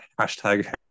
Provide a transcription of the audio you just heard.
hashtag